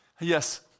Yes